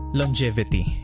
longevity